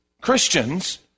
Christians